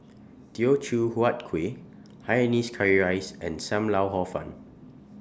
Teochew Huat Kuih Hainanese Curry Rice and SAM Lau Hor Fun